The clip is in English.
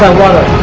water.